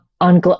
on